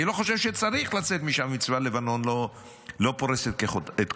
אני לא חושב שצריך לצאת משם אם צבא לבנון לא פורס את כוחות.